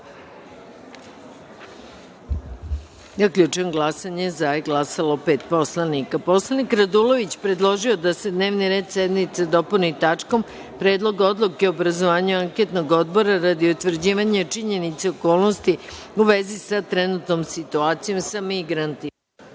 predlog. Zaključujem glasanje: za je glasalo pet poslanika. Poslanik Radulović predložio je da se dnevni red sednice dopuni tačkom - Predlog odluke o obrazovanju anketnog odbora radi utvrđivanja činjenica i okolnosti u vezi sa trenutnom situacijom sa migrantima.